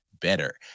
better